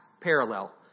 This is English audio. parallel